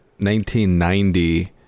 1990